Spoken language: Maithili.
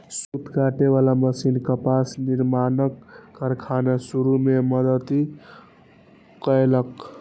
सूत काटे बला मशीन कपास निर्माणक कारखाना शुरू मे मदति केलकै